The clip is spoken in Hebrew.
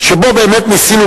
שבה באמת ניסינו,